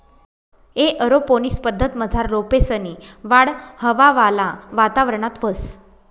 aeroponics पद्धतमझार रोपेसनी वाढ हवावाला वातावरणात व्हस